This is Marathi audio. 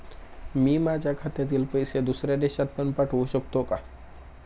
मी माझ्या खात्यातील पैसे दुसऱ्या देशात पण पाठवू शकतो का?